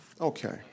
Okay